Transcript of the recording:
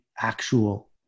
actual